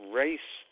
race